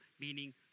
meaning